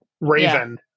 Raven